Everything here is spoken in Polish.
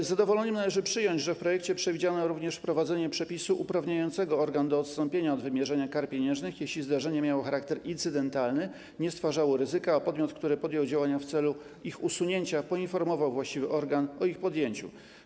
Z zadowoleniem należy przyjąć, że w projekcie przewidziano również wprowadzenie przepisu uprawniającego organ do odstąpienia od wymierzenia kar pieniężnych, jeśli zdarzenie miało charakter incydentalny, nie stwarzało ryzyka, a podmiot, który podjął działania w celu ich usunięcia, poinformował właściwy organ o ich podjęciu.